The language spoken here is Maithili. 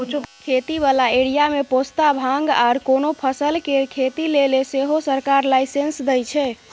खेती बला एरिया मे पोस्ता, भांग आर कोनो फसल केर खेती लेले सेहो सरकार लाइसेंस दइ छै